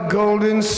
golden